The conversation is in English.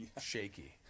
shaky